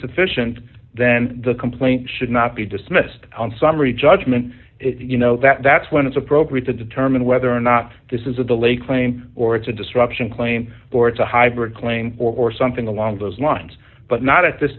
sufficient then the complaint should not be dismissed on summary judgment if you know that that's when it's appropriate to determine whether or not this is a delay claim or it's a disruption claim or it's a hybrid claim or something along those lines but not at th